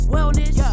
Wellness